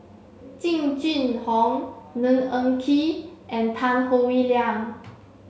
Jing Jun Hong Ng Eng Kee and Tan Howe Liang